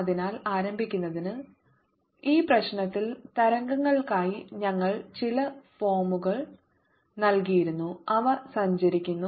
അതിനാൽ ആരംഭിക്കുന്നതിന് ഈ പ്രശ്നത്തിൽ തരംഗങ്ങൾക്കായി ഞങ്ങൾ ചില ഫോമുകൾ നൽകിയിരുന്നു അവ സഞ്ചരിക്കുന്നു